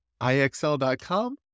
IXL.com